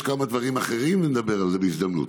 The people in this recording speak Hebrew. יש כמה דברים אחרים, נדבר על זה בהזדמנות.